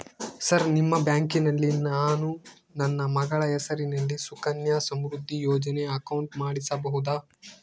Sir ನಿಮ್ಮ ಬ್ಯಾಂಕಿನಲ್ಲಿ ನಾನು ನನ್ನ ಮಗಳ ಹೆಸರಲ್ಲಿ ಸುಕನ್ಯಾ ಸಮೃದ್ಧಿ ಯೋಜನೆ ಅಕೌಂಟ್ ಮಾಡಿಸಬಹುದಾ?